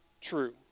true